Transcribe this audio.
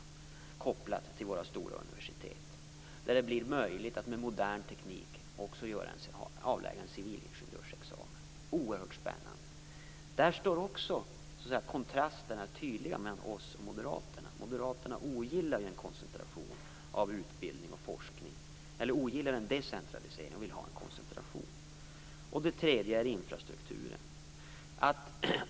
Den är kopplad till våra stora universitet, och det blir möjligt att med modern teknik också avlägga en civilingenjörsexamen. Detta är oerhört spännande! Också här är kontrasterna tydliga mellan oss och moderaterna. Moderaterna ogillar en decentralisering av utbildning och forskning, och vill ha en koncentration. Den tredje frågan är infrastrukturen.